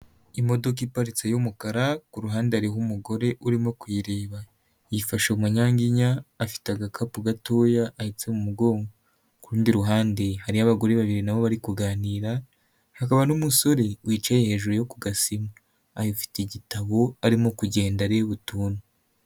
Imodoka iparitse y'umukara ku ruhande hariho umugore urimo kuyireba yifashe munyanginya afite agakapu gatoya ahetse mumugo, kurundi ruhande hari abagore babiri nabo bari kuganira hakaba n'umusore wicaye hejuru yo ku gasima ayifite igitabo arimo kugenda areba utuntu.